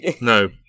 no